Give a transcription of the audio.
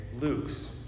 Luke's